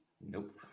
Nope